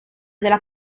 della